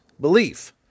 belief